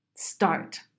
start